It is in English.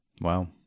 Wow